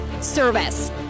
service